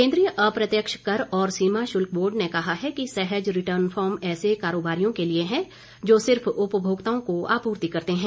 केन्द्रीय अप्रत्यक्ष कर और सीमा शुल्क बोर्ड ने कहा है कि सहज रिटर्न फार्म ऐसे कारोबारियों के लिये है जो सिर्फ उपमोक्ताओं को आपूर्ति करते हैं